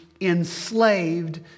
Enslaved